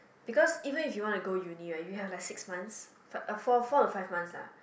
because even you want to go to uni right you have like six month uh four four to five month lah